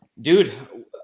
Dude